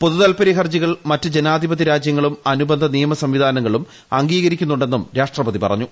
പൊതുതാല്പര്യ ഹർജികൾ മറ്റ് ജസ്റ്റ്രീധിപത്യ രാജ്യങ്ങളും അനുബന്ധ നിയമസംവിധാനങ്ങളും അംഗീകരിക്കുന്നുണ്ടെന്നും രാഷ്ട്രപതി പറഞ്ഞു